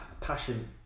passion